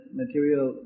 material